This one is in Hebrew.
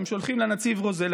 הם שולחים לנציב רוזן,